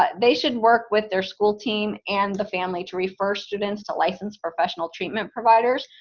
ah they should work with their school team and the family to refer students to licensed professional treatment providers,